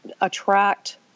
attract